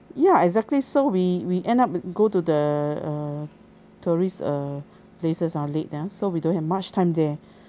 ya exactly so we we end up go to the err tourist err places ah late ah so we don't have much time there